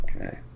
Okay